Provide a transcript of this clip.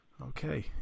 Okay